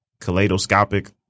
kaleidoscopic